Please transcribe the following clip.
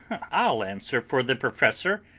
i'll answer for the professor.